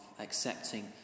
accepting